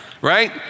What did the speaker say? Right